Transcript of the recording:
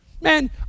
Man